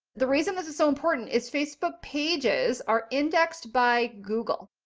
the reason this is so important is facebook pages are indexed by google.